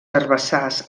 herbassars